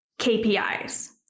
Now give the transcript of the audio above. KPIs